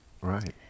Right